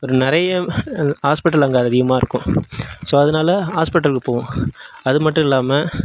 ஒரு நிறைய ஹாஸ்பிட்டல் அங்கே அதிகமாக இருக்கும் ஸோ அதனால ஹாஸ்பிட்டலுக்கு போவோம் அது மட்டும் இல்லாமல்